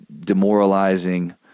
demoralizing